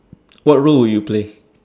what role will you play